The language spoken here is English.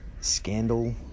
scandal